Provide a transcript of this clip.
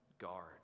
guard